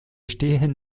stehen